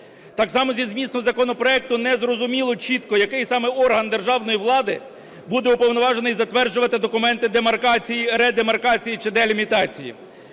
Так само зі змісту законопроекту не зрозуміло чітко, який саме орган державної влади буде уповноважений затверджувати документи демаркації, редемаркації, чи делімітації